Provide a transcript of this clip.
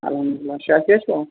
اَلحَمدُاللہ شافیا چھِوا